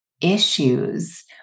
issues